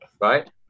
Right